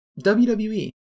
WWE